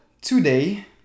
today